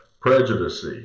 prejudice